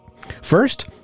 First